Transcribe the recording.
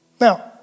Now